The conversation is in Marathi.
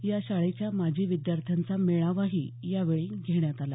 या शाळेच्या माजी विद्यार्थ्यांचा मेळावाही यावेळी घेण्यात आला